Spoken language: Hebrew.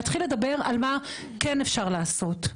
צריך להתחיל לדבר על מה שכן אפשר לעשות,